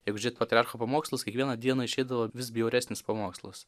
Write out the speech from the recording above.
jeigu žiūrėt patriarcho pamokslus kiekvieną dieną išeidavo vis bjauresnis pamokslas